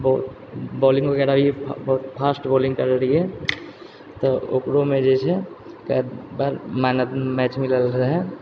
बहुत बोलिंग वगैरह फास बहुत फास्ट बोलिंग करै रहियै तऽ ओकरोमे जे छै कएक बार मैन ऑफ द मैच मिलल रहै